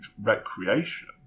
recreation